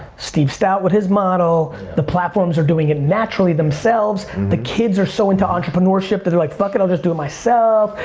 steve stout with his model, the platforms are doing it naturally themselves, the kids are so into entrepreneurship that they're like, fuck it, i'll just do it myself.